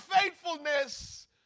faithfulness